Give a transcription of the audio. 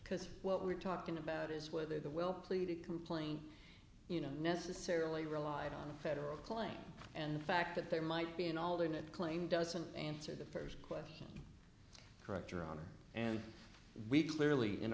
because what we're talking about is whether the will plead a complaint you know necessarily relied on a federal claim and the fact that there might be an alternate claim doesn't answer the first question correct your honor and we clearly in